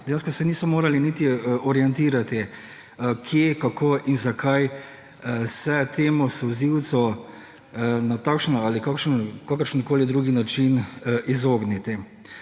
dejansko niso mogli niti orientirati, kje, kako in zakaj se temu solzivcu na takšen ali kakršenkoli drug način izogniti.